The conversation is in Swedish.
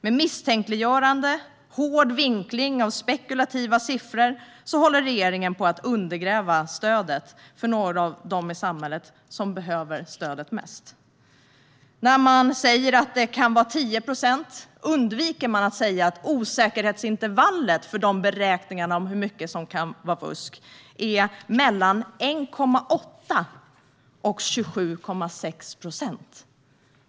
Med misstänkliggörande och hård vinkling av spekulativa siffror håller regeringen på att undergräva stödet för några av dem i samhället som behöver stöd mest. När man säger att det kan vara 10 procent undviker man att säga att osäkerhetsintervallet för beräkningarna om hur mycket som kan vara fusk är mellan 1,8 och 27,6 procent.